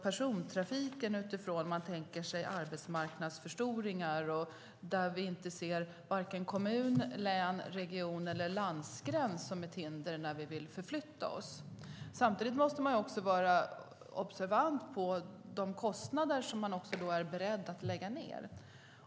Persontrafiken ökar i och med de allt större arbetsmarknadsområdena där varken kommun-, läns-, region eller landgräns är ett hinder när vi vill förflytta oss. Samtidigt måste man vara observant på vilka kostnader man är beredd till.